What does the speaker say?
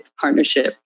partnership